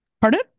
Pardon